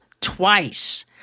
twice